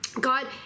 God